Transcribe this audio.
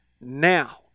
now